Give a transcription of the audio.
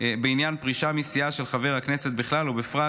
בעניין פרישה מסיעה של חבר הכנסת בכלל, ובפרט